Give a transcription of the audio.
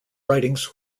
writings